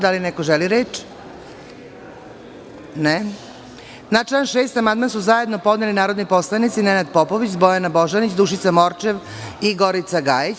Da li neko želi reč? (Ne) Na član 6. amandman su zajedno podneli narodni poslanici Nenad Popović, Bojana Božanić, Dušica Morčev i Gorica Gajić.